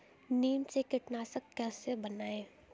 नीम से कीटनाशक कैसे बनाएं?